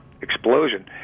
explosion